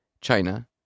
China